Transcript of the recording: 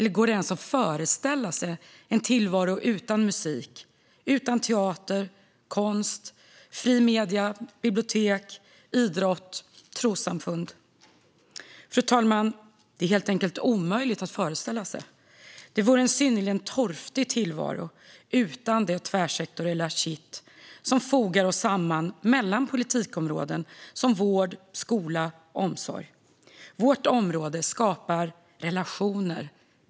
Går det ens att föreställa sig en tillvaro utan musik, teater, konst, fria medier, bibliotek, idrott och trossamfund? Fru talman! Det är helt enkelt omöjligt att föreställa sig! Tillvaron vore synnerligen torftig utan det tvärsektoriella kitt som fogar oss samman mellan politikområden som vård, skola och omsorg. Vårt område skapar relationer.